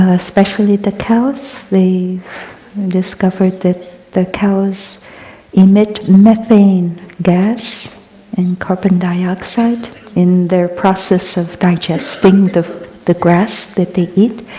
ah especially the cows, they discovered that the cows emit methane gas and carbon dioxide in their process of digesting the the grass that they eat.